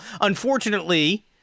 Unfortunately